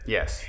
Yes